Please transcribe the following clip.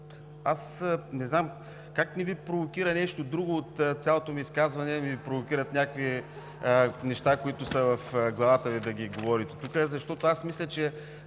не знам как не Ви провокира нещо друго от цялото ми изказване, а Ви провокират някакви неща, които са в главата Ви да ги говорите тук? (Смях от